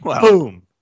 Boom